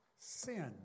Sin